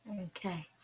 Okay